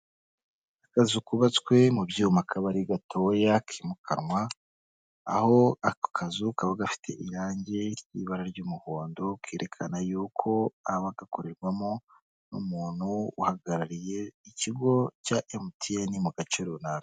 Akazu kubatswe mu byuma, kaba ari gatoya kimukanwa, aho ako kazu kaba gafite irangi ry'ibara ry'umuhondo, kerekana yuko kaba gakorerwamo n'umuntu uhagarariye ikigo cya Emutiyene mu gace runaka.